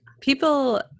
People